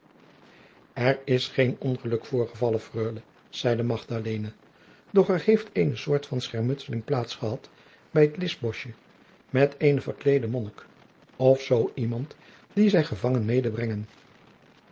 er is geen ongeluk voorgevallen freule zeide magdalena doch er heeft eene soort van schermutseling plaats gehad bij het lischboschje met eenen verkleedden monnik of zoo iemand dien zij gevangen